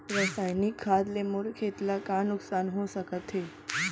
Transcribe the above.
रसायनिक खाद ले मोर खेत ला का नुकसान हो सकत हे?